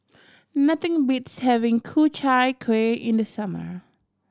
nothing beats having Ku Chai Kueh in the summer